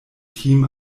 team